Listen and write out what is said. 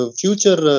future